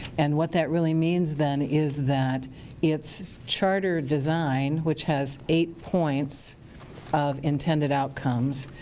and what that really means then is that it's charter-design, which has eight points of intended outcomes.